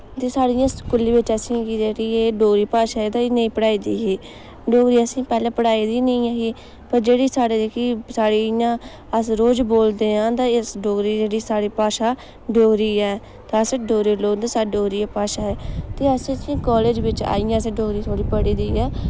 ते साढ़े जियां स्कूले बिच्च असें गी जेह्ड़ी एह् डोगरी भाशा ऐ ते एह् नेईं पढ़ाई दी ही डोगरी असें पैह्लैं पढ़ाई दी निं ऐ ही पर जेह्ड़ी साढ़ै जेह्की साढ़ी इ'यां अस रोज बोलदे आं तां इस डोगरी जेह्ड़ी साढ़ी भाशा डोगरी ऐ ते अस डोगरे लोक न ते साढ़ी डोगरी गै भाशा ऐ ते अस इस्सी कालेज बिच्च आईयैं असें डोगरी थोह्ड़ी पढ़ी दी ऐ